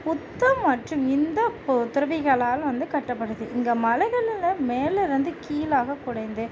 புத்தம் மற்றும் இந்து போ துறவிகளால் வந்து கட்டப்பட்டது இங்கே மலைகள் உள்ளே மேலே இருந்து கீழாக குடைந்து